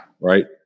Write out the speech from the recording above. Right